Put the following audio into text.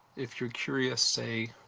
if you're curious, say,